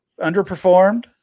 underperformed